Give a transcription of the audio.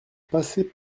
passées